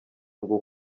ngo